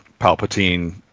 Palpatine